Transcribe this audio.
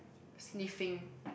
sniffing